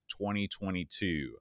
2022